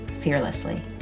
fearlessly